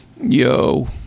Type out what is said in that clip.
yo